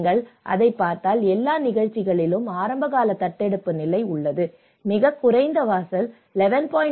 நீங்கள் அதைப் பார்த்தால் எல்லா நிகழ்வுகளிலும் ஆரம்பகால தத்தெடுப்பு நிலை உள்ளது மிகக் குறைந்த வாசல் 11